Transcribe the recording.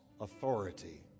authority